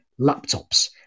laptops